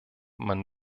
man